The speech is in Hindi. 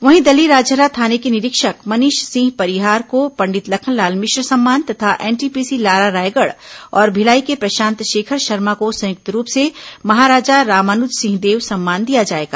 वहीं दल्लीराजहरा थाने के निरीक्षक मनीष सिंह परिहार को पंडित लखनलाल मिश्र सम्मान तथा एनटीपीसी लारा रायगढ़ और भिलाई के प्रशांत शेखर शर्मा को संयुक्त रूप से महाराजा रामानुज सिंह देव सम्मान दिया जाएगा